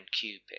Cupid